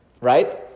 right